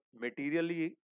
materially